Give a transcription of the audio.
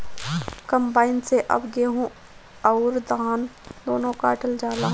combine से अब गेहूं अउर धान दूनो काटल जाला